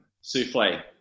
Souffle